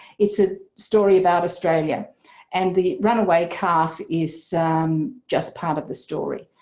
it's a story about australia and the runaway calf is just part of the story.